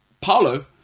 Paulo